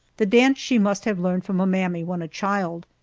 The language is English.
the dance she must have learned from a mammy when a child.